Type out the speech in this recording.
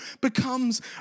becomes